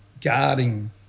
guarding